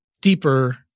deeper